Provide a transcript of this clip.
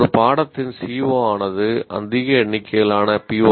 ஒரு பாடத்தின் CO ஆனது அதிக எண்ணிக்கையிலான பி